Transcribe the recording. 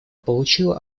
получило